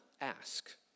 ask